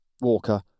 Walker